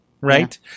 Right